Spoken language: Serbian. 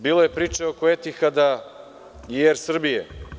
Bilo je priče oko Etihada i Er Srbije.